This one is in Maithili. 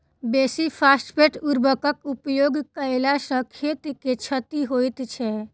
बेसी फास्फेट उर्वरकक उपयोग कयला सॅ खेत के क्षति होइत छै